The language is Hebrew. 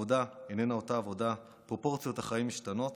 העבודה איננה אותה עבודה, פרופורציות החיים משתנות